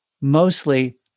mostly